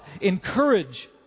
encourage